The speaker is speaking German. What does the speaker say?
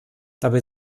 dabei